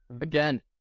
again